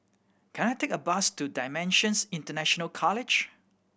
can I take a bus to Dimensions International College